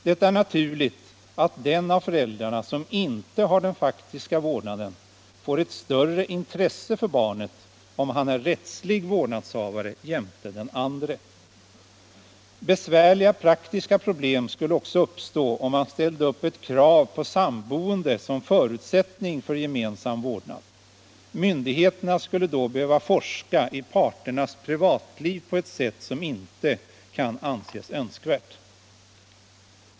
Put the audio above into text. Det är naturligt att den av föräldrarna som inte har den faktiska vårdnaden får ett större intresse för barnet om han är rättslig vårdnadshavare jämte den andre. Besvärliga praktiska problem skulle också uppstå om man ställde upp ett krav på samboende som förutsättning för gemensam vårdnad. Myndigheterna skulle då behöva forska i parternas privatliv på ett sätt som inte kan anses önskvärt.